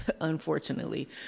unfortunately